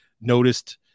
noticed